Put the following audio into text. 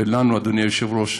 ולנו, אדוני היושב-ראש,